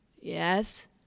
yes